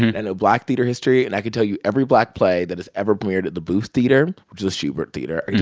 and know black theater history, and i can tell you every black play that has ever premiered at the booth theatre, which is a shubert theater.